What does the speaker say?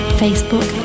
facebook